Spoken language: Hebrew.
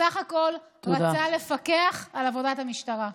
בסך הכול רצה לפקח על עבודת המשטרה.